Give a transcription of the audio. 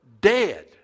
dead